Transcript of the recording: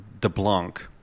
DeBlanc